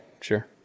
sure